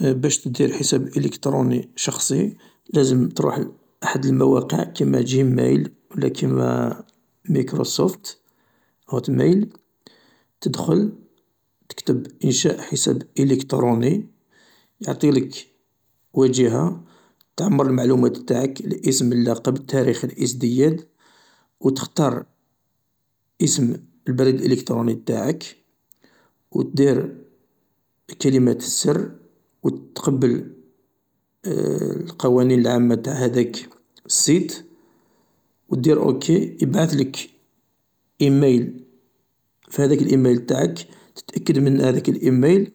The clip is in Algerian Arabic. باش دير حساب إلكتروني شخصي لازم تروح لأحد المواقع كيما جيمايل ولا كيما ميكروصوفت هوتمايل تدخل تكتب إنشاء حساب إلكتروني تعطيلك واجهة تعمر المعلومات تاعك الاسم اللقب تاريخ الإزدياد و تختار اسم البريد الالكترونية تاعك و دير كلمة السر و تقبل القوانين العامة تاع هداك السيت و دير اوكي يبعثلك ايمايل فهذاك الايمايل تاعك تتأكد من هذاك الايمايل